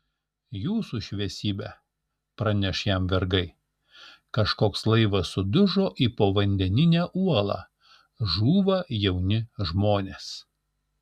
jūsų šviesybe praneš jam vergai kažkoks laivas sudužo į povandeninę uolą žūva jauni žmonės